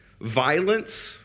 violence